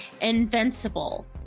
Invincible